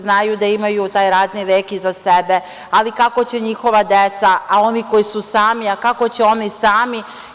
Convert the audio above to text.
Znaju da imaju taj radni vek iza sebe, ali kako će njihova deca, a oni koji su sami, kako će oni sami.